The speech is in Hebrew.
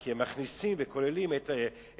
כי הם מכניסים וכוללים את הצאצאים.